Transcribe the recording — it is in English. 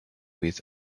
with